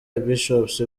bishops